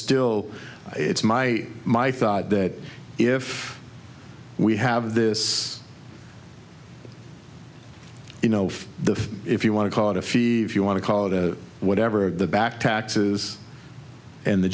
still it's my my thought that if we have this you know if the if you want to call it a fever you want to call that whatever the back taxes and the